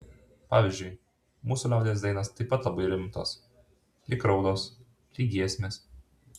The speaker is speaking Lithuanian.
pavyzdžiui mūsų liaudies dainos taip pat labai rimtos lyg raudos lyg giesmės